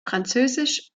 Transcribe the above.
französisch